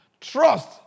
Trust